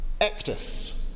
Ectus